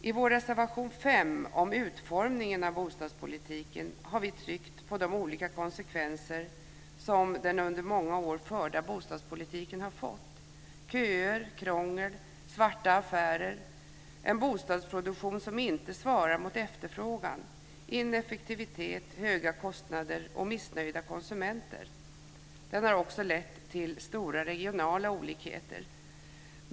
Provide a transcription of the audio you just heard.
I vår reservation 5 om utformningen av bostadspolitiken har vi tryckt på de olika konsekvenser som den under många år förda bostadspolitiken har fått: köer, krångel, svarta affärer, en bostadsproduktion som inte svarar mot efterfrågan, ineffektivitet, höga kostnader och missnöjda konsumenter. Den har också lett till stora regionala olikheter.